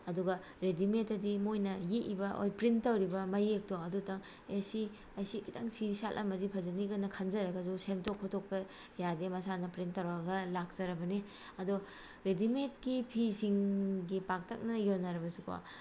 ꯑꯗꯨꯒ ꯔꯦꯗꯤꯃꯦꯠꯇꯗꯤ ꯃꯣꯏꯅ ꯌꯦꯛꯏꯕ ꯑꯣꯏ ꯄ꯭ꯔꯤꯟ ꯇꯧꯔꯕꯤ ꯃꯌꯦꯛꯇꯣ ꯑꯗꯨꯇꯪ ꯁꯤ ꯁꯤꯈꯤꯇꯪ ꯁꯤ ꯁꯥꯠꯂꯝꯃꯗꯤ ꯐꯖꯅꯤꯒꯅ ꯈꯟꯖꯔꯒꯁꯨ ꯁꯦꯝꯗꯣꯛ ꯈꯣꯠꯇꯣꯛꯄ ꯌꯥꯗꯦ ꯃꯁꯥꯅ ꯄ꯭ꯔꯤꯟ ꯇꯧꯔꯒ ꯂꯥꯛꯆꯔꯕꯅꯤ ꯑꯗꯨ ꯔꯦꯗꯤꯃꯦꯠꯀꯤ ꯐꯤꯁꯤꯡꯒꯤ ꯄꯥꯛꯇꯛꯅꯅ ꯌꯣꯟꯅꯔꯕꯁꯨꯀꯣ